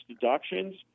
deductions